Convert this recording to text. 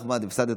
אחמד,